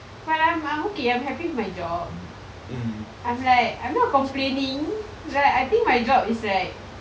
but I'm I'm okay I'm happy with my job I'm like I'm not complaining like I think my job is like